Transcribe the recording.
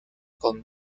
con